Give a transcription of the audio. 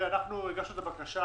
הגשנו את הבקשה